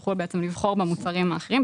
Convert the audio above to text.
יצטרכו בעצם לבחור במוצרים האחרים,